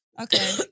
Okay